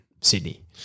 Sydney